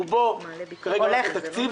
רובו הולך לתקציב,